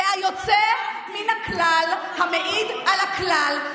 זה היוצא מן הכלל המעיד על הכלל.